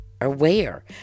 aware